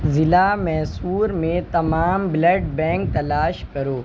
ضلع میسور میں تمام بلڈ بینک تلاش کرو